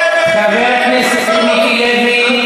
חבר הכנסת מיקי לוי.